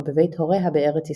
או בבית הוריה בארץ ישראל.